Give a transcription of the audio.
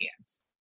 hands